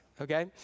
Okay